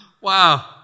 Wow